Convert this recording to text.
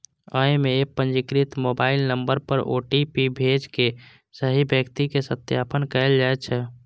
अय मे एप पंजीकृत मोबाइल नंबर पर ओ.टी.पी भेज के सही व्यक्ति के सत्यापन कैल जाइ छै